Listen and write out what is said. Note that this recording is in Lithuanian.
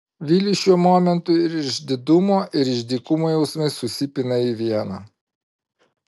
viliui šiuo momentu ir išdidumo ir išdykumo jausmai susipina į vieną